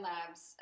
Labs